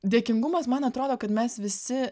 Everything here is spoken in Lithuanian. dėkingumas man atrodo kad mes visi